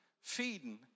feeding